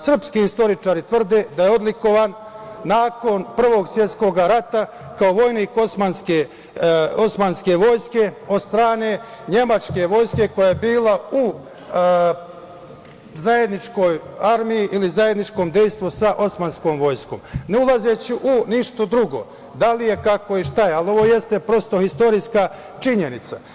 Srpski istoričari tvrde da je odlikovan nakon Prvog svetskog rata kao vojnik Osmanske vojske od strane nemačke vojske koja je bila u zajedničkoj armiji ili zajedničkom dejstvu sa osmanskom vojskom, ne ulazeći u ništa drugo da li je, kako i šta je, ali ovo jeste prosto istorijska činjenica.